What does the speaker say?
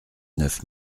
neuf